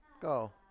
Go